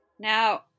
Now